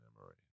memory